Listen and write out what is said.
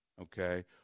okay